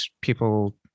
people